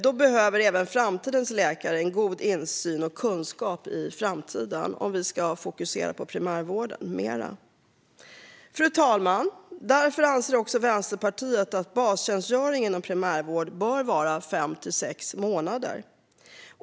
Om vi ska fokusera mer på primärvården behöver även framtidens läkare god insyn i och kunskap om denna. Fru talman! Därför anser Vänsterpartiet att bastjänstgöringen inom primärvård bör omfatta fem till sex månader.